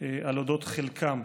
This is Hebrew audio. את חלקם.